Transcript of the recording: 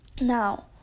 now